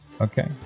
Okay